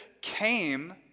came